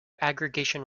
aggregation